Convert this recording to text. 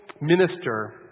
minister